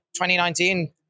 2019